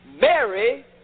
Mary